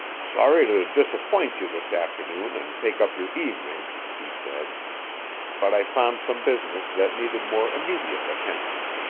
sorry to disappoint you this afternoon, and take up your evening, he said but i found some business that needed more immediate attention.